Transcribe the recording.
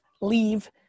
leave